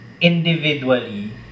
individually